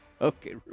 Okay